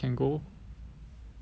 for